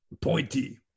Pointy